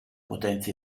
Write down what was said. potenza